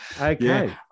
Okay